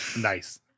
Nice